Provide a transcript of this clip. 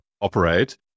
operate